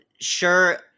sure